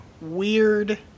weird